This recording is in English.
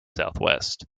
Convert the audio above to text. southwest